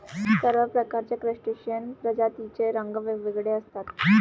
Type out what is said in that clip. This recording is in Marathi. सर्व प्रकारच्या क्रस्टेशियन प्रजातींचे रंग वेगवेगळे असतात